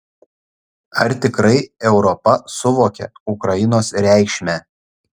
ar tikrai europa suvokia ukrainos reikšmę